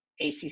ACC